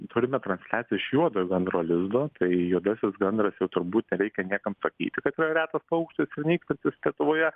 turime transliaciją iš juodojo gandro lizdo tai juodasis gandras jau turbūt nereikia niekam sakyti kada yra retas paukštis ir nykstantis lietuvoje